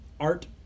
art